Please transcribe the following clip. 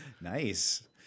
Nice